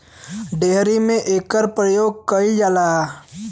dairy में एकर परियोग कईल जाला